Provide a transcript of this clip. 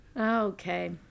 Okay